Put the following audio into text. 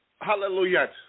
hallelujah